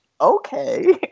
okay